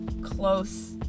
close